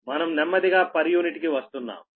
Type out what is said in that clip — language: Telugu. మనం నెమ్మదిగా పర్ యూనిట్ కి వస్తున్నాం